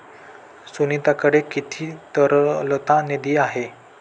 सुनीताकडे किती तरलता निधी आहे?